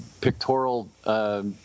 pictorial